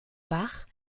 bach